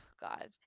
God